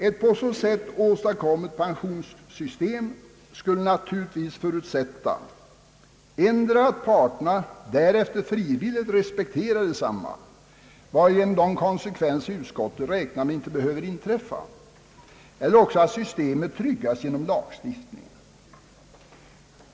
Ett på så sätt åstadkommet pensionssystem skulle naturligtvis förutsätta endera att parterna därefter frivilligt respekterar detsamma, varigenom de konsekvenser utskottet räknar med inte behöver inträffa, eller också att systemet tryggas genom lagstiftning.